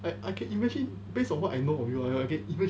I I can imagine based on what I know you will will get eventually